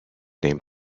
named